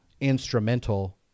instrumental